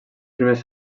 primers